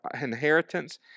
inheritance